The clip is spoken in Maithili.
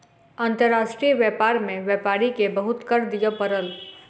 अंतर्राष्ट्रीय व्यापार में व्यापारी के बहुत कर दिअ पड़ल